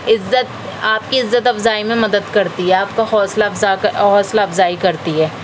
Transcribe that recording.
عزت آپ کی غزت افزائی میں مدد کرتی ہے آپ کا حوصلہ افزا آپ کا حوصلہ افزائی کرتی ہے